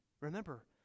Remember